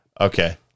Okay